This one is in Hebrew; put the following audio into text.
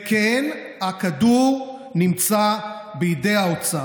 כן, הכדור נמצא בידי האוצר.